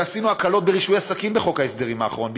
ועשינו הקלות ברישוי עסקים בחוק ההסדרים האחרון,